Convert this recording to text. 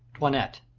toinette.